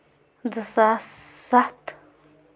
زٕ ساس سَتھ